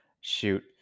Shoot